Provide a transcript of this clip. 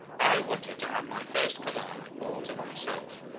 i wanted to have my first command all to myself.